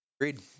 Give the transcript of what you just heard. agreed